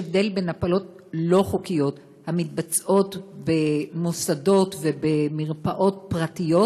שיש הבדל בין הפלות לא חוקיות המתבצעות במוסדות ובמרפאות פרטיות